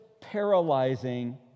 paralyzing